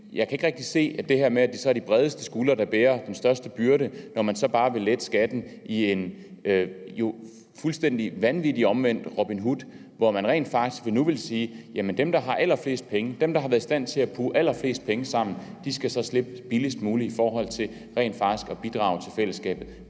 Jeg kan ikke rigtig se det her med, at det så er de bredeste skuldre, der bærer den største byrde, når man så bare vil lette skatten i en fuldstændig vanvittig omvendt Robin Hood, hvor man rent faktisk nu vil sige, at dem, der har allerflest penge, dem, der har været i stand til at puge allerflest penge sammen, skal slippe billigst muligt i stedet for rent faktisk at bidrage til fællesskabet.